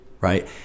right